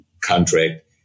contract